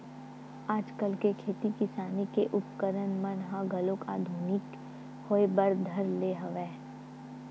आजकल के खेती किसानी के उपकरन मन ह घलो आधुनिकी होय बर धर ले हवय